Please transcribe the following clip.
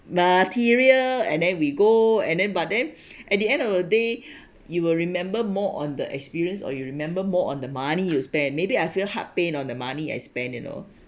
material and then we go and then but then at the end of the day you will remember more on the experience or you remember more on the money you spent maybe I feel heart pain on the money I spent you know